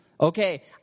Okay